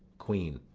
queen.